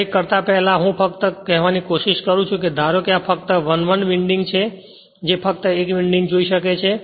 કંઇક કરતા પહેલાં હું ફક્ત એ કહેવાની કોશિશ કરું છું કે ધારો કે આ ફક્ત 1 1 વિન્ડિંગ છે જે ફક્ત 1 વિન્ડિંગ જોઈ શકે છે